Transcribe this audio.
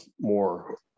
more